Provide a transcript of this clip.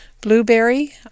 Blueberry